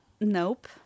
Nope